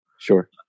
Sure